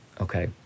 Okay